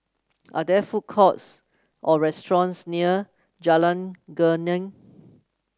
are there food courts or restaurants near Jalan Geneng